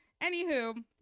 Anywho